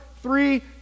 three